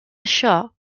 això